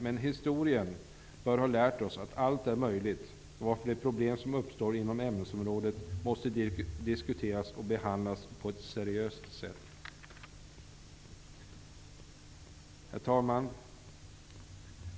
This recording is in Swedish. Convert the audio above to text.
Men historien bör ha lärt oss att allt är möjligt, varför de problem som uppstår inom ämnesområdet måste diskuteras och behandlas på ett seriöst sätt. Herr talman!